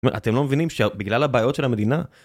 אתם לא מבינים שבגלל הבעיות של המדינה...